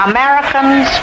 Americans